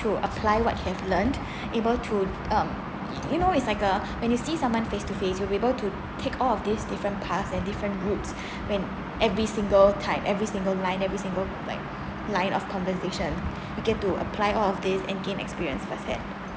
to apply what you have learned able to um y~ you know it's like a when you see someone face to face you be able to take all of these different past and different roots when every single time every line every single like line of conversation you get to apply all of this and gain experience per said